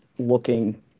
looking